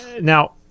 now